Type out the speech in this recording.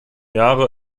jahre